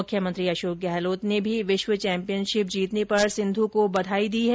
मुख्यमंत्री अशोक गहलोत ने भी विश्व चैम्पियनशिप जीतने पर सिंधु को बधाई दी है